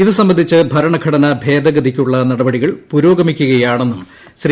ഇതുസ്സ്ബന്ധിച്ച് ഭരണഘടനാ ഭേദഗതിയ്ക്കുള്ള നടപടികൾ പൂരോഗമിക്കുകയാണെന്നും ശ്രീ